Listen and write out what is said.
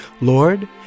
Lord